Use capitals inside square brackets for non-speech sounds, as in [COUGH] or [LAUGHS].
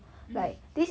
[LAUGHS]